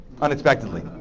unexpectedly